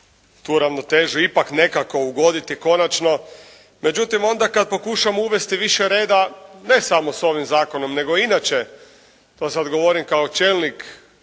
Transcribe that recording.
tu ravnotežu ipak nekako ugoditi konačno. Međutim, onda kad pokušamo uvesti više reda ne samo s ovim zakonom, nego i inače to sad govorim kao čelnik